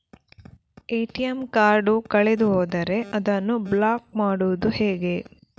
ATM card ಕಳೆದು ಹೋದರೆ ಅದನ್ನು ಬ್ಲಾಕ್ ಮಾಡುವುದು ಹೇಗೆ?